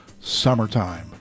Summertime